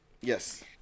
Yes